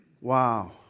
Wow